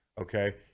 Okay